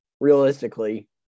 realistically